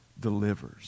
delivers